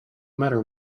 matter